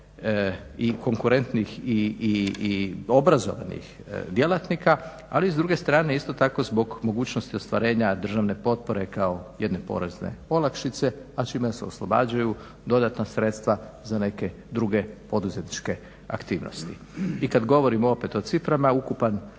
i konkurentnih i obrazovanih djelatnika, ali s druge strane isto tako zbog mogućnosti ostvarenja državne potpore kao jedne porezne olakšice a čime se oslobađaju dodatna sredstva za neke druge poduzetničke aktivnosti. I kad govorimo opet o ciframa ukupan